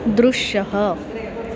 दृश्यः